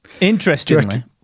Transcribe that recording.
Interestingly